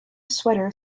sweater